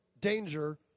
danger